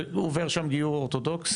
והוא עובר שם גיור אורתודוקסי?